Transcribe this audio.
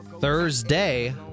Thursday